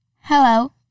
hello